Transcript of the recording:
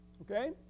Okay